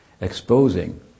exposing